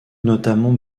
notamment